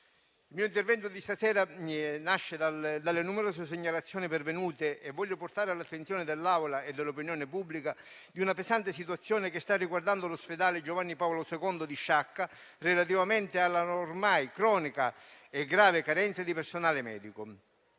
Il mio intervento di stasera nasce dalle numerose segnalazioni pervenute che voglio portare all'attenzione dell'Assemblea e dell'opinione pubblica in merito a una pesante situazione che sta riguardando l'ospedale Giovanni Paolo II di Sciacca relativamente alla ormai cronica e grave carenza di personale medico.